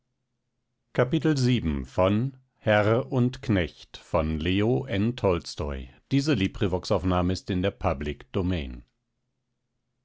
herr und knecht by